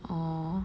orh